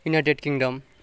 United Kingdom